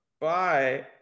bye